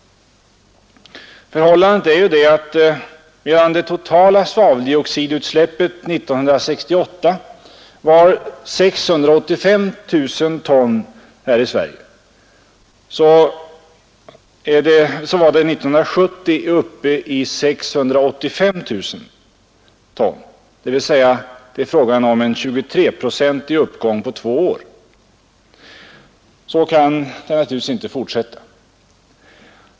Förhållandet är ju det att medan det totala svaveldioxidutsläppet i Sverige 1968 var 685 000 ton så var det 1970 uppe i 865 000 ton, dvs. 23-procentig uppgång på två år. Så kan det naturligtvis inte få fortsätta.